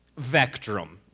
Vectrum